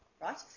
Right